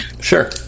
Sure